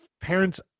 parents